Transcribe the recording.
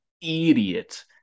idiot